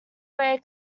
way